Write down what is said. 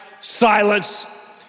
silence